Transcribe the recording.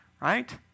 Right